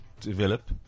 Develop